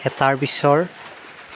এটাৰ পিছৰ